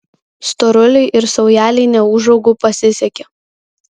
storuliui ir saujelei neūžaugų pasisekė